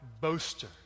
boaster